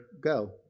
go